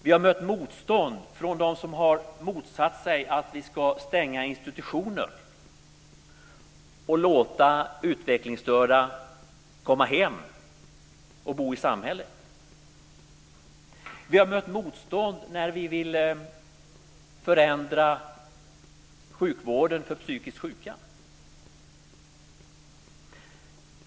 Vi har mött motstånd från dem som har motsatt sig att vi ska stänga institutioner och låta utvecklingsstörda komma hem och bo i samhället. Vi har mött motstånd när vi ville förändra sjukvården för psykiskt sjuka.